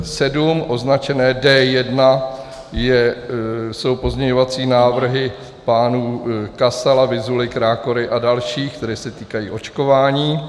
Sedmé s označením D1 jsou pozměňovací návrhy pánů Kasala, Vyzuly, Krákory a dalších, které se týkají očkování.